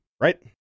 right